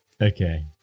Okay